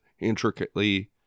intricately